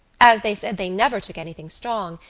as they said they never took anything strong,